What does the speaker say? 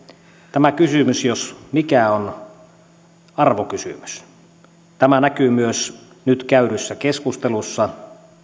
tämä kysymys jos mikä on arvokysymys tämä näkyy myös nyt käydyssä keskustelussa